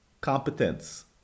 competence